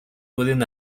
pueden